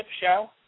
show